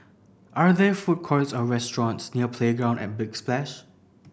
are there food courts or restaurants near Playground at Big Splash